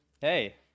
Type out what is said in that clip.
Hey